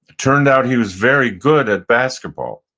turned out, he was very good at basketball,